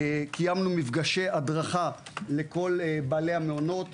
קיימנו מפגשי הדרכה לכל בעלי המעונות